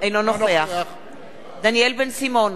אינו נוכח דניאל בן-סימון,